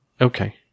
Okay